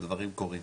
הדברים קורים.